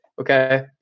Okay